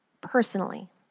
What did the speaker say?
personally